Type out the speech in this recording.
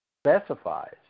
specifies